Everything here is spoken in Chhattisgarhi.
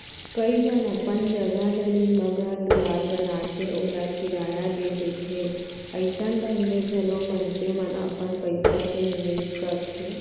कइ झन अपन जघा जमीन म घर दुवार बनाके ओला किराया दे देथे अइसन ढंग ले घलौ मनसे मन अपन पइसा के निवेस करथे